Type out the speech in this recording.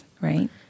Right